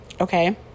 Okay